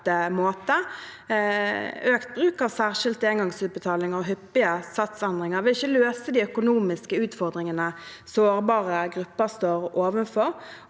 Økt bruk av særskilte engangsutbetalinger og hyppige satsendringer vil ikke løse de økonomiske utfordringene sårbare grupper står overfor.